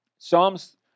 Psalms